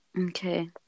Okay